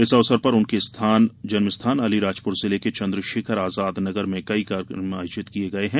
इस अवसर पर उनके जन्म स्थान अलीराजपुर जिले के चन्द्रशेखर आजाद नगर में कई कार्यकम आयोजित किये गये हैं